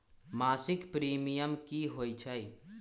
मासिक प्रीमियम की होई छई?